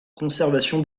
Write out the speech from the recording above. conservation